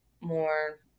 more